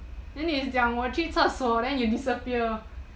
then 你讲我去厕所 then you disappear